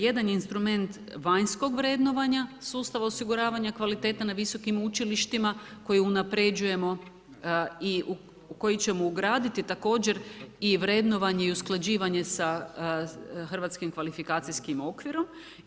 Jedan je instrument vanjskog vrednovanja sustava osiguravanja kvalitete na visokim učilištima koje unapređujemo i koji ćemo ugraditi također i vrednovanje i usklađivanje sa Hrvatskim kvalifikacijskim okvirom.